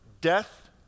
death